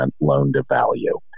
loan-to-value